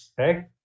okay